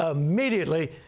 ah immediately,